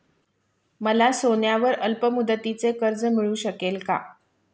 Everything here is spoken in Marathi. मला सोन्यावर अल्पमुदतीचे कर्ज मिळू शकेल का?